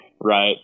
Right